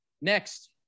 Next